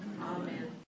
Amen